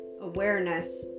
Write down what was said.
awareness